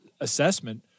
assessment